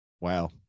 Wow